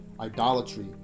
idolatry